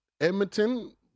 Edmonton